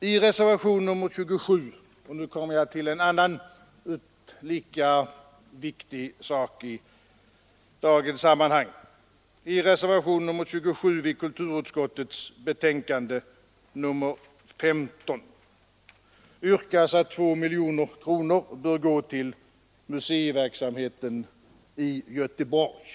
I reservationen 27 vid kulturutskottets betänkande nr 15 — och nu kommer jag till en annan lika viktig sak i dagens sammanhang — yrkas att 2 miljoner kronor skall gå till museiverksamheten i Göteborg.